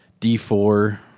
D4